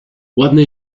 ładny